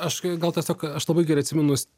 aš gal tiesiog aš labai gerai atsimenu jis